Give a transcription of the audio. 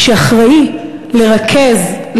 שאחראי לרכז,